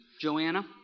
Joanna